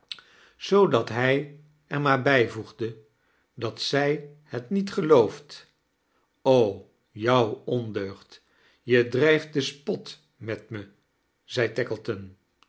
zoodat hg er maar bijvoegde dat zg het niet gelooft jou ondeugd je drijft den spot met me zei